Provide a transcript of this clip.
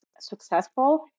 successful